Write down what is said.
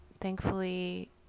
Thankfully